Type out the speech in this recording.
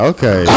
Okay